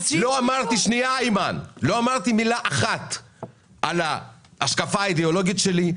לא אמרתי מילה אחת על ההשקפה האידיאולוגית שלי,